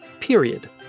Period